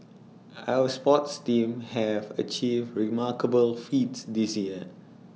our sports teams have achieved remarkable feats this year